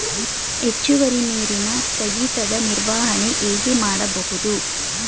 ಹೆಚ್ಚುವರಿ ನೀರಿನ ಸ್ಥಗಿತದ ನಿರ್ವಹಣೆ ಹೇಗೆ ಮಾಡಬಹುದು?